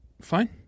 Fine